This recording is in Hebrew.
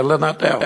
כן לנתח,